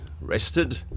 rested